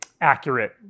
accurate